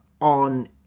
on